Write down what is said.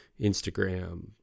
Instagram